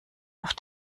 auf